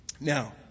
Now